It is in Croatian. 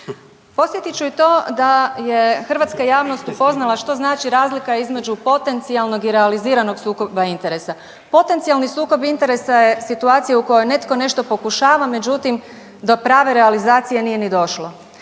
Podsjetit ću i to da je hrvatska javnost upoznala što znači razlika između potencijalnog i realizirano sukoba interesa. Potencijalni sukob interesa je situacija u kojoj netko nešto pokušava međutim do prave realizacije nije ni došlo.